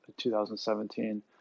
2017